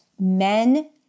men